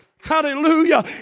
Hallelujah